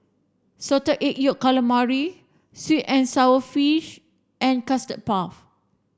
salted egg yolk calamari sweet and sour fish and custard puff